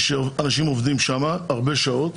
שבהם אנשים עובדים שעות רבות.